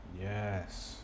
Yes